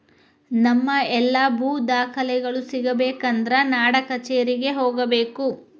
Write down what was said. ನಮ್ಮ ಎಲ್ಲಾ ಭೂ ದಾಖಲೆಗಳು ಸಿಗಬೇಕು ಅಂದ್ರ ನಾಡಕಛೇರಿಗೆ ಹೋಗಬೇಕು